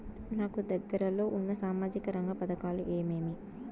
నాకు దగ్గర లో ఉన్న సామాజిక రంగ పథకాలు ఏమేమీ?